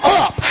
up